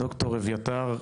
ד"ר אביתר,